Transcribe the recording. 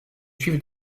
juive